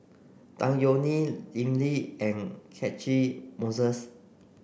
Tan Yeok Nee Lim Lee and Catchick Moses